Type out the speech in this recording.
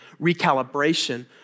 recalibration